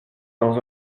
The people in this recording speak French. dans